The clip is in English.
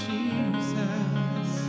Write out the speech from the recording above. Jesus